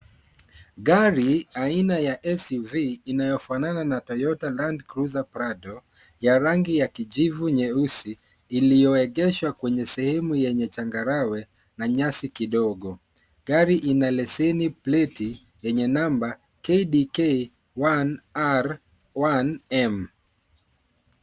Gari aina ya suv inayofanana na Toyota land cruiser prado ya rangi ya kijivu nyeusi iliyoegeshwa kwenye sehemu yenye changarawe na nyasi kidogo. Gari ina leseni, pleti yenye namba KDK 1R1M.